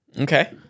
Okay